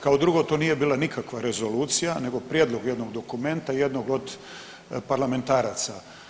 Kao drugo, to nije bila nikakva rezolucija, nego prijedlog jednog dokumenta jednog od parlamentaraca.